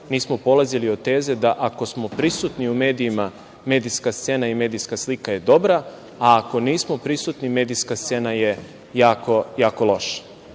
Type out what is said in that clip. nismo polazili od teze da ako smo prisutni u medijima, medijska scena i medijska slika je dobra, a ako nismo prisutni, medijska scena je jako